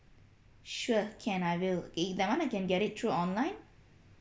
sure can I will eh that one I can get it through online